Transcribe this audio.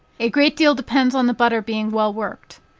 a great deal depends on the butter being well worked.